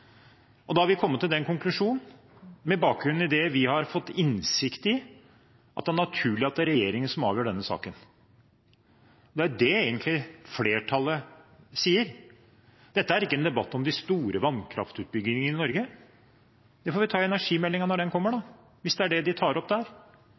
Vi har kommet til den konklusjon, med bakgrunn i det vi har fått innsikt i, at det er naturlig at det er regjeringen som avgjør denne saken. Det er egentlig det flertallet sier. Dette er ikke en debatt om de store vannkraftutbyggingene i Norge. Det får vi ta i forbindelse med energimeldingen når den kommer, hvis det er det de tar opp der.